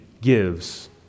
gives